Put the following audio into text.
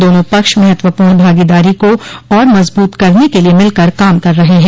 दोनों पक्ष महत्वपूर्ण भागीदारी को और मजबूत करने के लिए मिलकर काम कर रहे हैं